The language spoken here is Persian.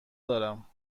دارم